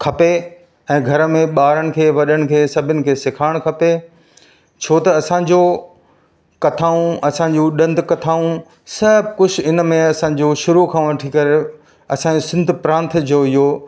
खपे ऐं घर में ॿारनि खे वॾनि खे सभिनि खे सेखारणु खपे छो त असांजो कथाऊं असाजूं दंड कथाऊं सभु कुझु इनमें असांजो शुरू खां वठी करे असांजो सिंध प्रांत जो इहो